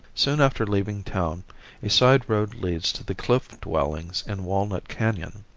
soon after leaving town a side road leads to the cliff dwellings in walnut canon.